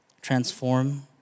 transform